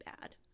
bad